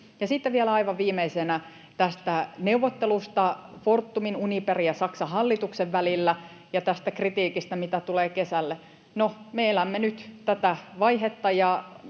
sitten vielä aivan viimeisenä tästä neuvottelusta Fortumin, Uniperin ja Saksan hallituksen välillä ja tästä kritiikistä, mitä tulee kesälle. No, me elämme nyt tätä vaihetta,